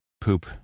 poop